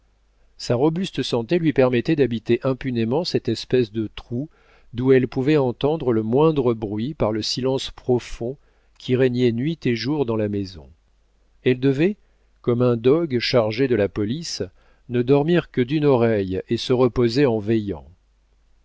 sa robuste santé lui permettait d'habiter impunément cette espèce de trou d'où elle pouvait entendre le moindre bruit par le silence profond qui régnait nuit et jour dans la maison elle devait comme un dogue chargé de la police ne dormir que d'une oreille et se reposer en veillant